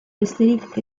besterik